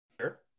Sure